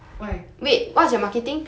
why